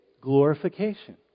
glorification